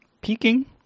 peaking